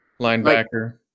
Linebacker